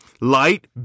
Light